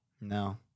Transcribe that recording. No